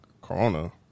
Corona